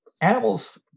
animals